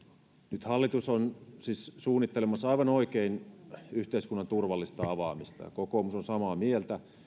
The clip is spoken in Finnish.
nyt hallitus on siis suunnittelemassa aivan oikein yhteiskunnan turvallista avaamista ja kokoomus on samaa mieltä